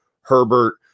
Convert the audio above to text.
Herbert